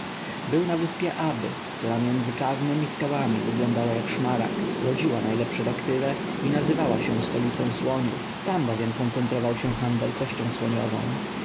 był na wyspie ab która między czarnemi skałami wyglądała jak szmaragd rodziła najlepsze daktyle i nazywała się stolicą słoniów tam bowiem koncentrował się handel kością słoniową